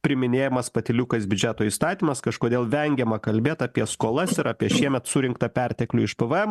priiminėjamas patyliukais biudžeto įstatymas kažkodėl vengiama kalbėt apie skolas ir apie šiemet surinktą perteklių iš pvm